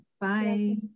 bye